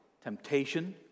temptation